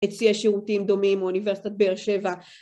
‫הציע שירותים דומים ‫מאוניברסיטת באר שבע.